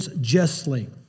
justly